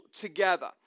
together